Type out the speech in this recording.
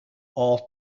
all